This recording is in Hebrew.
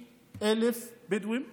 350,000 בדואים כיום.